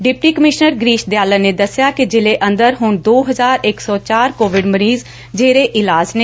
deputy commissioner Girish Dayalan ਨੇ ਦਸਿਆ ਕਿ ਜ਼ਿਲ੍ਹੇ ਅੰਦਰ ਹੁਣ ਦੋ ਹਜ਼ਾਰ ਇਕ ਸੋ ਚਾਰ ਕੋਵਿਡ ਮਰੀਜ਼ ਜ਼ੇਰੇ ਇਲਾਜ ਨੇ